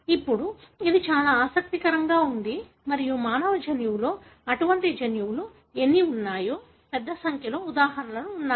ఇప్పుడు ఇది చాలా ఆసక్తికరంగా ఉంది మరియు మానవ జన్యువులో అటువంటి జన్యువులు ఎన్ని ఉన్నాయో పెద్ద సంఖ్యలో ఉదాహరణలు ఉన్నాయి